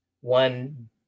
one